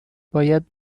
باید